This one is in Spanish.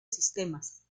sistemas